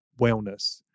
wellness